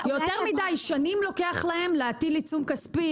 יותר מדי, שנים לוקח להם להטיל עיצום כספי.